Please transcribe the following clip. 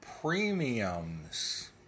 premiums